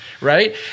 Right